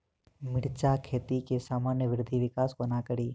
मिर्चा खेती केँ सामान्य वृद्धि विकास कोना करि?